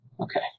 Okay